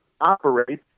operate